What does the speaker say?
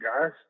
guys